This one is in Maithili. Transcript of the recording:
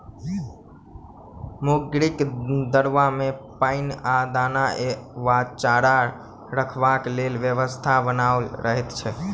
मुर्गीक दरबा मे पाइन आ दाना वा चारा रखबाक लेल व्यवस्था बनाओल रहैत छै